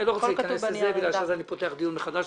לא רוצה להיכנס לזה כי אני פותח דיון מחדש.